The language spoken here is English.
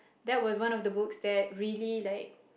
that was one of the books that really like